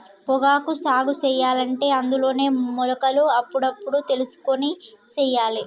పొగాకు సాగు సెయ్యలంటే అందులోనే మొలకలు అప్పుడప్పుడు తెలుసుకొని సెయ్యాలే